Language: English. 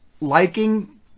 liking